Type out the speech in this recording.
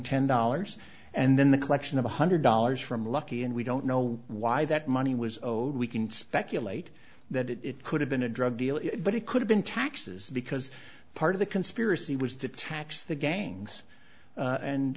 ten dollars and then the collection of one hundred dollars from lucky and we don't know why that money was owed we can speculate that it could have been a drug dealer but it could have been taxes because part of the conspiracy was to tax the gangs